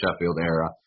Sheffield-era